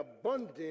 abundant